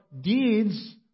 deeds